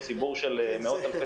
וגם לנו יש פה ציבור של מאות אלפי